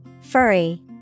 Furry